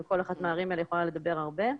כל אחת מהערים האלה יכולה לדבר הרבה.